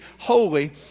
holy